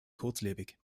kurzlebig